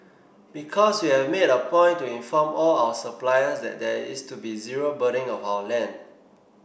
because we have made a point to inform all our suppliers that there is to be zero burning of our land